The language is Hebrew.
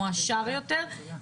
מועשרת יותר,